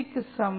க்கு சமம்